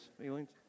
feelings